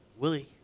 Willie